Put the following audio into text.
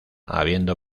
habiendo